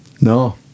No